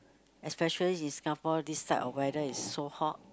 especially in Singapore this type of weather is so hot